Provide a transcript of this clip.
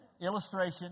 Illustration